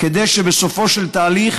כדי שבסופו של תהליך